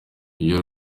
iryo